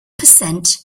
percent